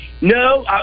No